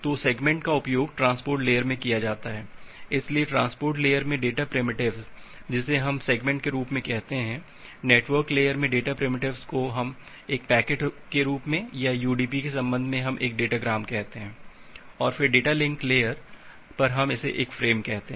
तो सेगमेंट का उपयोग ट्रांसपोर्ट लेयर में किया जाता है इसलिए ट्रांसपोर्ट लेयर में डेटा प्रिमिटिवस जिसे हम सेगमेंट के रूप में कहते हैं नेटवर्क लेयर में डेटा प्रिमिटिवस को हम एक पैकेट के रूप में या यूडीपी के सम्बन्ध में एक डेटा ग्राम कहते हैं और फिर डेटा लिंक लेयर पर हम इसे एक फ्रेम कहते हैं